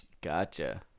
Gotcha